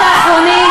אור גדול.